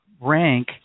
rank